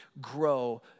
grow